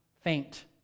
faint